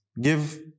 give